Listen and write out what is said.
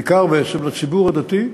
בעיקר בעצם לציבור הדתי.